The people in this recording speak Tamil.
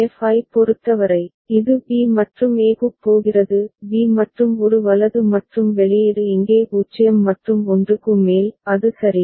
F ஐப் பொறுத்தவரை இது b மற்றும் a க்குப் போகிறது b மற்றும் ஒரு வலது மற்றும் வெளியீடு இங்கே 0 மற்றும் 1 க்கு மேல் அது சரியா